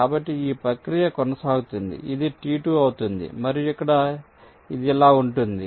కాబట్టి ఈ ప్రక్రియ కొనసాగుతుంది ఇది T2 అవుతుంది మరియు ఇక్కడ ఇది ఇలా ఉంటుంది